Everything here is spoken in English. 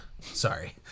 Sorry